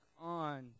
on